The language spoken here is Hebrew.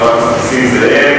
של חבר הכנסת נסים זאב,